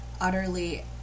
utterly